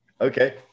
Okay